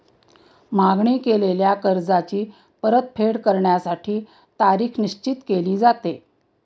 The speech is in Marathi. मागणी केलेल्या कर्जाची परतफेड करण्यासाठी तारीख निश्चित केली जाते